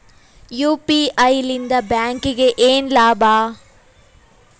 UPI ಲಿಂದ ಬ್ಯಾಂಕ್ಗೆ ಏನ್ ಲಾಭ?